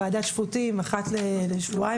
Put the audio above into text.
ועדת שפוטים אחת לשבועיים,